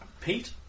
Pete